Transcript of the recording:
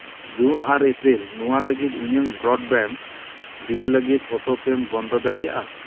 ᱡᱩᱱ ᱟᱨ ᱮᱯᱨᱤᱞ ᱱᱚᱣᱟ ᱞᱟᱹᱜᱤᱫ ᱤᱧᱟᱹᱝ ᱵᱨᱚᱰᱵᱮᱸᱰ ᱵᱤᱞ ᱞᱟᱹᱜᱤᱫ ᱳᱴᱳᱯᱮᱢ ᱵᱚᱱᱫᱚ ᱫᱟᱲᱮᱭᱟᱜᱼᱟ